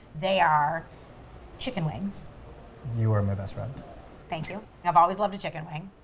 they are chicken wings you are my best friend thank you. i've always loved a chicken wing.